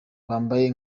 bambaye